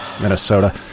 Minnesota